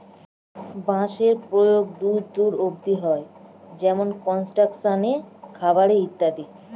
বাঁশের প্রয়োগ দূর দূর অব্দি হয়, যেমন কনস্ট্রাকশন এ, খাবার এ ইত্যাদি